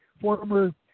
former